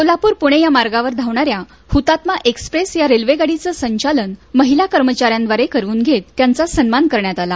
सोलापूर पुणे या मार्गावर धावणाऱ्या हुतात्मा एक्स्प्रेस या रेल्वे गाडीच सचालन महिला कर्मचाऱ्याद्वारे करवून घेत त्यांचा सन्मान करण्यात आला